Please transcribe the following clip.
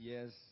Yes